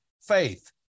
faith